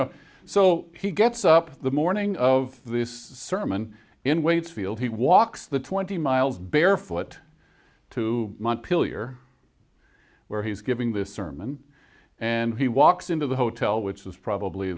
know so he gets up the morning of this sermon in waitsfield he walks the twenty miles barefoot to montpelier where he's giving this sermon and he walks into the hotel which is probably